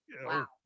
Wow